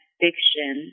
fiction